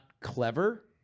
clever